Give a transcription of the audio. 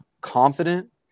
confident